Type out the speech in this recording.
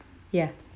ya